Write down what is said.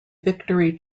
victory